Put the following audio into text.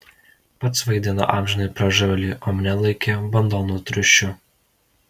pats vaidino amžiną pražuvėlį o mane laikė bandomu triušiu